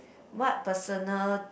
what personal